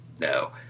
No